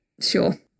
Sure